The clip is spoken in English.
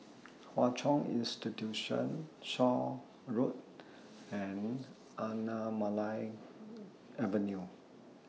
Hwa Chong Institution Shaw Road and Anamalai Avenue